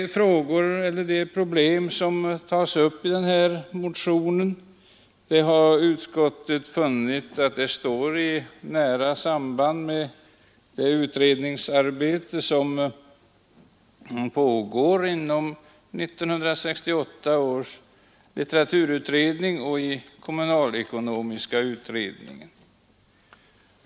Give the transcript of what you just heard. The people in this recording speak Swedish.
De problem som tas upp i denna motion har utskottet funnit stå i nära samband med det utredningsarbete som pågår inom 1968 års litteraturutredning och i kommunalekonomiska utredningen.